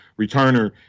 returner